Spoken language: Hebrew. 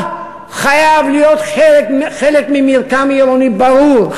חייב להיות חלק ממרקם עירוני ברור,